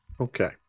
Okay